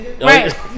Right